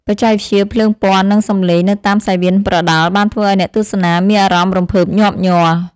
បច្ចេកវិទ្យាភ្លើងពណ៌និងសំឡេងនៅតាមសង្វៀនប្រដាល់បានធ្វើឱ្យអ្នកទស្សនាមានអារម្មណ៍រំភើបញាប់ញ័រ។